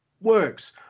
works